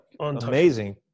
amazing